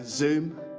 Zoom